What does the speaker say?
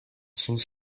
sens